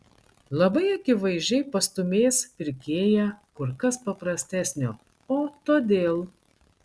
labai akivaizdžiai pastūmės pirkėją kur kas paprastesnio o todėl